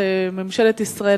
שממשלת ישראל,